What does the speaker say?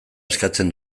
eskatzen